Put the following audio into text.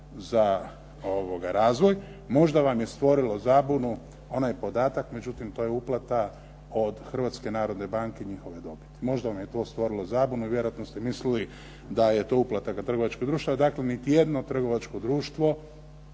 za razvoj. Možda vam je stvorilo zabunu onaj podatak, međutim to je uplata od Hrvatske narodne banke i njihove dobiti. Možda vam je to stvorilo zabunu i vjerojatno ste mislili da je to uplata trgovačkog društva. Dakle, niti jedno trgovačko društvo